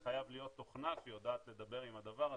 חייבת להיות תוכנה שיודעת לדבר עם הדבר הזה.